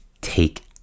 take